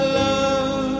love